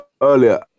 earlier